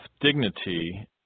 dignity